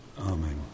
Amen